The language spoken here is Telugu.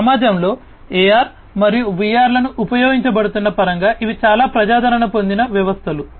మన సమాజంలో AR మరియు VR ఉపయోగించబడుతున్న పరంగా ఇవి చాలా ప్రజాదరణ పొందిన వ్యవస్థలు